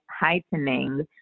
heightening